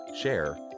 share